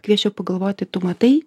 kviesčiau pagalvoti tu matai